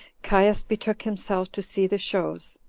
caius betook himself to see the shows,